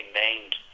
named